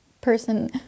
person